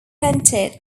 centered